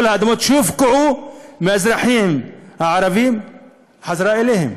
האדמות שהופקעו מהאזרחים הערבים אליהם.